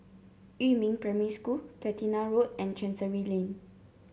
Yumin Primary School Platina Road and Chancery Lane